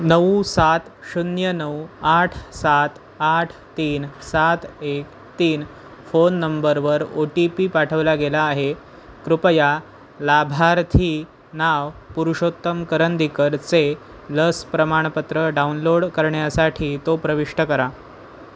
नऊ सात शून्य नऊ आठ सात आठ तीन सात एक तीन फोन नंबरवर ओ टी पी पाठवला गेला आहे कृपया लाभार्थी नाव पुरुषोत्तम करंदीकरचे लस प्रमाणपत्र डाउनलोड करण्यासाठी तो प्रविष्ट करा